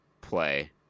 play